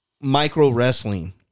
micro-wrestling